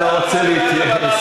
אני לא רוצה להתייחס,